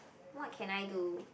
what can I do